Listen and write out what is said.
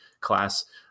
class